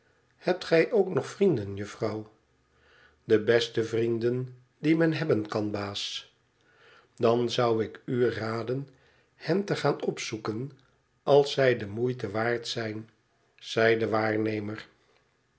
hebt gij ook nog vrienden juffrouw de beste vrienden die men hebben kan baas dan zou ik u raden hen te aan opzoeken als zij de moeite waard zijn zei de waarnemer